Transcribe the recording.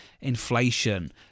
inflation